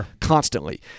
constantly